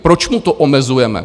Proč mu to omezujeme?